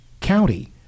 county